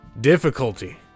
difficulty